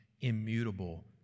immutable